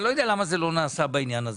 אני לא יודע למה זה לא נעשה בעניין הזה,